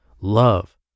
love